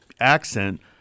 accent